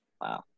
Wow